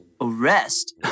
Arrest